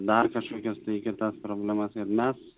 dar kažkokias kitas problemas ir mes